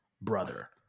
brother